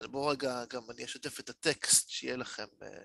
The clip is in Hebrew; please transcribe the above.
אז בואו רגע גם אני אשתף את הטקסט, שיהיה לכם...